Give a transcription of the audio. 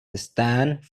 stands